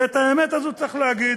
ואת האמת הזו צריך להגיד,